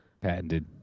Patented